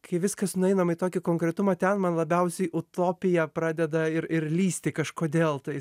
kai viskas nueinam į konkretumą ten man labiausiai utopija pradeda ir ir lysti kažkodėl tais